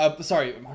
Sorry